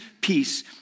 peace